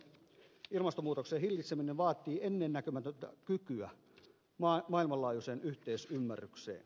ilmastonmuutoksen hillitseminen vaatii ennennäkemätöntä kykyä maailmanlaajuiseen yhteisymmärrykseen